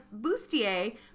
bustier